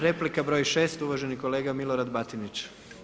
Replika broj 6 uvaženi kolega Milorad Batinić.